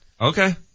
Okay